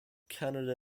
canada